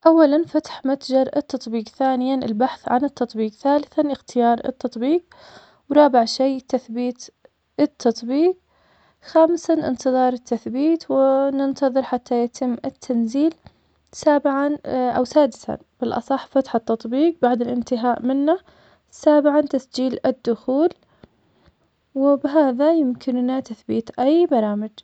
أولاً, فتح متجر التطبيق, ثانياً, البحث عن التطبيق, ثالثاً, إختيار التطبيق, ورابع شي, تثبيت التطبيق, خامساً, إنتظار التثبيت وننتظر حتى يتم التنزيل, سابعاً- أو سادساً بالأصح, فتح التطبيق بعد الإنتهاء منه, سابعاً, تسجيل الدخول, وبهذا يمكننا تثبيت أي برامج.